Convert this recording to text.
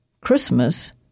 Christmas